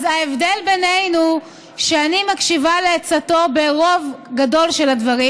אז ההבדל בינינו הוא שאני מקשיבה לעצתו ברוב גדול של הדברים,